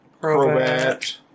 probat